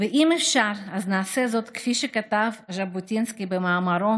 ואם אפשר, אז נעשה זאת כפי שכתב ז'בוטינסקי במאמרו